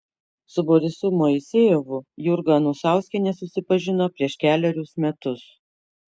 su borisu moisejevu jurga anusauskienė susipažino prieš kelerius metus